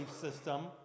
system